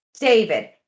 David